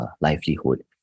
livelihood